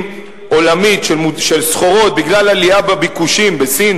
עולמית של סחורות בגלל עלייה בביקושים בסין,